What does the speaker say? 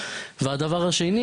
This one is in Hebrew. ושנית,